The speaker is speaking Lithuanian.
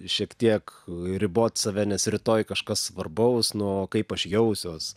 šiek tiek ribot save nes rytoj kažkas svarbaus nu kaip aš jausiuos